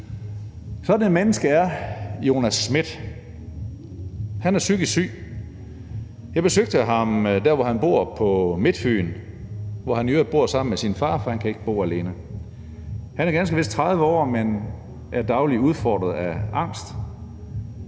Sådan et menneske er Jonas Schmidt. Han er psykisk syg. Jeg besøgte ham der, hvor han bor på Midtfyn, hvor han i øvrigt bor sammen med sin far, for han kan ikke bo alene. Han er ganske vist 30 år, men er dagligt udfordret af angst.